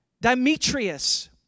Demetrius